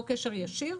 לא קשר ישיר,